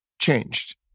changed